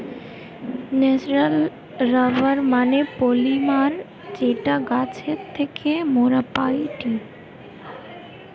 natural rubber মানে polymer যেটা গাছের থেকে মোরা পাইটি